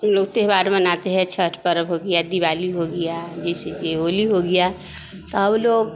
लोग त्यौहार मनाते हैं छठ पर्व हो गया दिवाली हो गिया जिसे कि होली हो गया त ऊ लोग